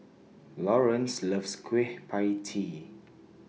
Laurance loves Kueh PIE Tee